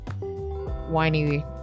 whiny